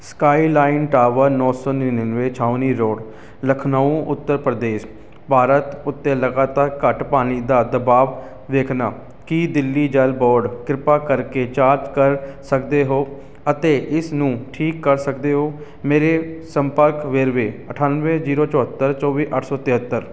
skyline tower ਨੌਂ ਸੌ ਨੜ੍ਹਿੰਨਵੇਂ ਛਾਉਣੀ ਰੋਡ ਲਖਨਊ ਉੱਤਰ ਪ੍ਰਦੇਸ਼ ਭਾਰਤ ਉੱਤੇ ਲਗਾਤਾਰ ਘੱਟ ਪਾਣੀ ਦਾ ਦਬਾਅ ਵੇਖਣਾ ਕੀ ਦਿੱਲੀ ਜਲ ਬੋਰਡ ਕਿਰਪਾ ਕਰਕੇ ਜਾਂਚ ਕਰ ਸਕਦੇ ਹੋ ਅਤੇ ਇਸ ਨੂੰ ਠੀਕ ਕਰ ਸਕਦੇ ਹੋ ਮੇਰੇ ਸੰਪਰਕ ਵੇਰਵੇ ਅਠਾਨਵੇਂ ਜ਼ੀਰੋ ਚੌਹੱਤਰ ਚੌਵੀ ਅੱਠ ਸੌ ਤੇਹੱਤਰ